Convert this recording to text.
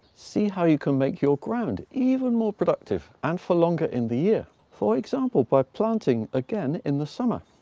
see how you can make your ground even more productive and for longer in the year, for example by planting again in the summer.